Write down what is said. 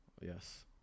yes